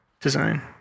design